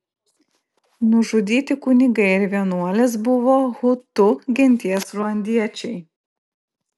nužudyti kunigai ir vienuolės buvo hutu genties ruandiečiai